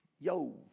yo